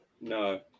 No